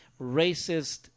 racist